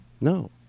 no